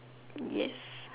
yes